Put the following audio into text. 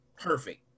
Perfect